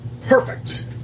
Perfect